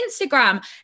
Instagram